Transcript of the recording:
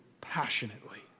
passionately